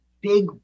big